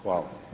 Hvala.